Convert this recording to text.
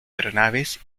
aeronaves